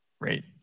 Great